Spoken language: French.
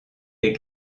les